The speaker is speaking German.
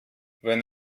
wenn